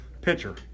pitcher